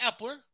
Epler